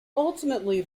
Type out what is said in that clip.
ultimately